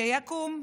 שיקום.